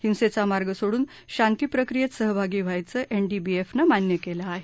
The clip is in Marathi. हिंसेचा मार्ग सोडून शांतीप्रक्रियेत सहभागी व्हायचं एनडीबीएफनं मान्य केलं आहे